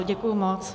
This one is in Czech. Děkuji moc.